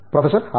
professor R